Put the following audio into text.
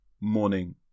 morning